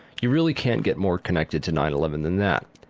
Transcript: you really can't get more connected to nine eleven than that.